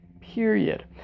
period